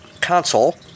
Console